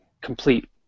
complete